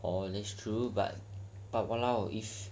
oh that's true but !walao! if